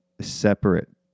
Separate